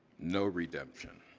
no redemption.